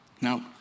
Now